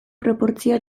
proportzioa